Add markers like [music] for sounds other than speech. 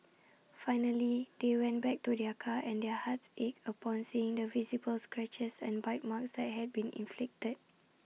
[noise] finally they went back to their car and their hearts ached upon seeing the visible scratches and bite marks that had been inflicted